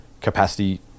capacity